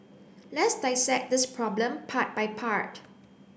let's dissect this problem part by part